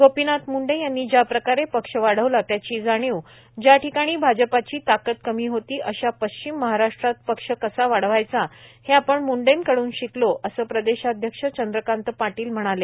गोपीनाथ मुंडे यांनी ज्याप्रकारे पक्ष वाढवला त्याची जाणीव ज्याठिकाणी भाजपाची ताकद कमी होती अशा पश्चिम महाराष्ट्रात पक्ष कसा वाढवायचा हे आपण मुंडेकडून शिकलो असं प्रदेशाध्यक्ष चंद्रकांत पाटील म्हणाले